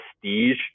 prestige